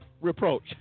reproach